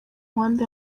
muhanda